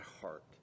heart